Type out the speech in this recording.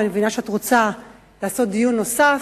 ואני מבינה שאת רוצה דיון נוסף,